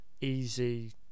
easy